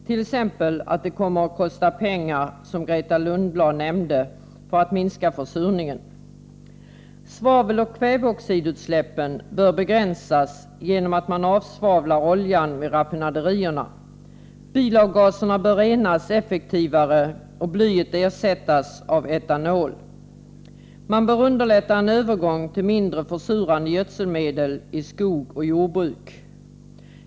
Det gäller att få gehör för att det t.ex., som Grethe Lundblad nämnde, kommer att kosta pengar att minska försurningen. Svaveloch kväveoxidutsläppen bör begränsas genom att man avsvavlar oljan vid raffinaderierna. Bilavgaserna bör renas effektivare och blyet ersättas av metanol. Man bör underlätta en övergång till mindre försurande gödselmedel i skog och jordbruk.